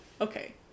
Okay